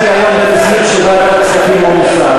בדיוק אמרתי היום שוועדת הכספים עמוסה,